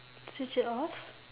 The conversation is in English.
switch it off